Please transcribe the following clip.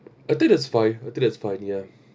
I think that's fine I think that's fine ya